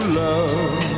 love